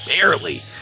barely